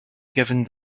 given